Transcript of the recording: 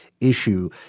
issue